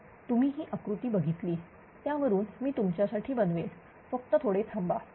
तर तुम्ही ही आकृती बघितली त्यावरुन मी तुमच्यासाठी बनवेल फक्त थोडे थांबा